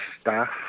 staff